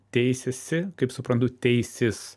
teisiasi kaip suprantu teisis